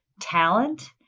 talent